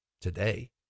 today